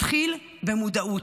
התחיל במודעות.